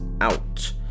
out